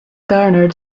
garnered